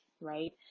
right